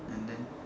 and then